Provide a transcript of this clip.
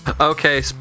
okay